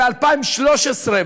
ב-2013,